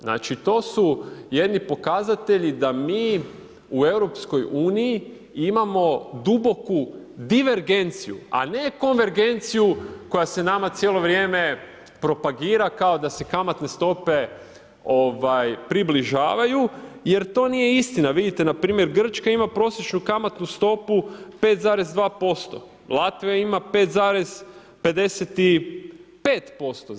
Znači to su jedni pokazatelji da mi u EU-u imamo duboku divergenciju a ne konvergenciju koja se nama cijelo vrijeme propagira kao da se kamatne stope približavaju jer to nije istina, vidite npr. Grčka ima prosječnu kamatnu stopu 5,2%, Latvija ima 5,55%